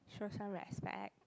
show some respect